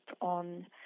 on